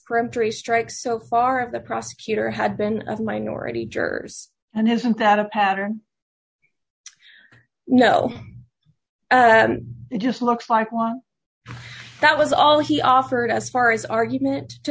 dollars strikes so far of the prosecutor had been a minority jurors and hasn't that a pattern no it just looks like one that was all he offered as far as argument to